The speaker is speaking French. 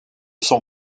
son